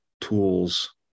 tools